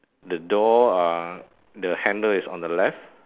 the door uh the handle is on the left